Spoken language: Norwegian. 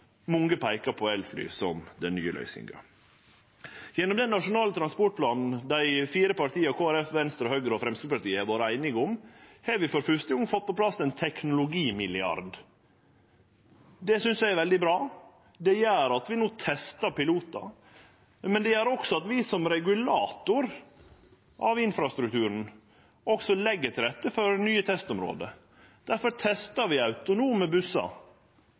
Mange peikar på elfly som den nye løysinga. Gjennom den nasjonale transportplanen dei fire partia Kristeleg Folkeparti, Venstre, Høgre og Framstegspartiet har vore einige om, har vi for første gong fått på plass ein teknologimilliard. Det synest eg er veldig bra. Det gjer at vi no testar pilotar, men det gjer også at vi som regulator av infrastrukturen legg til rette for nye testområde. Difor testar vi autonome bussar